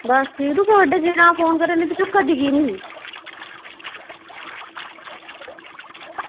बस यरो बड़े चिरै दा फोन करा नी ही तूं चुक्का दी की निं ही